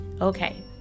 okay